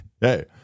hey